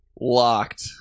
Locked